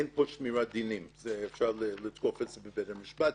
אין פה שמירת דינים, אפשר לתקוף את זה בבית המשפט.